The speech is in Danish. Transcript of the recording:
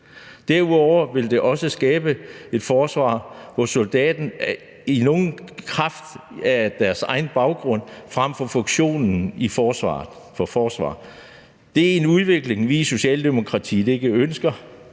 Derudover vil det også skabe et forsvar med større fokus på soldaternes baggrund frem for deres funktion i forsvaret. Det er en udvikling, som vi i Socialdemokratiet ikke ønsker.